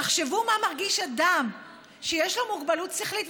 תחשבו מה מרגיש אדם שיש לו מוגבלות שכלית,